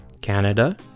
Canada